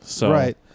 Right